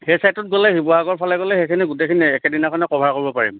সেই চাইটটোত গ'লে শিৱসাগৰলে গ'লে সেইখিনি একেদিনাখনেই কভাৰ কৰিব পাৰিম